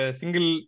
single